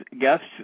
guests